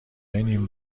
نیم